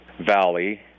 valley